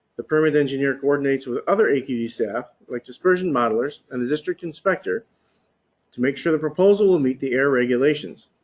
the permit engineer coordinates with other aqd staff like dispersion modelers and the district inspector to make sure the proposal will meet the air regulations.